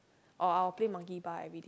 or I'll play Monkey Bar everyday